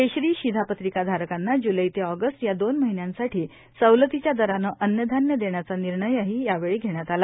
केशरी शिधापत्रिकाधारकांना ज्लै ते ऑगस्ट या दोन महिन्यांसाठी सवलतीच्या दरानं अन्नधान्य देण्याचा निर्णयही यावेळी घेण्यात आला